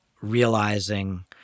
realizing